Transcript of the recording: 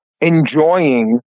enjoying